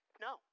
no